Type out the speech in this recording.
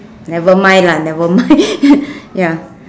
never mind lah never mind ya